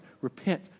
Repent